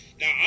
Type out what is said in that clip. Now